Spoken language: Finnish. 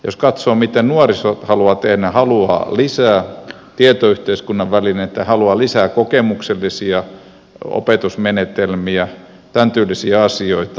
jos katsoo mitä nuoriso haluaa tehdä se haluaa lisää tietoyhteiskunnan välineitä se haluaa lisää kokemuksellisia opetusmenetelmiä tämän tyylisiä asioita